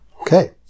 Okay